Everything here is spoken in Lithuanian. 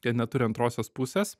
kad neturi antrosios pusės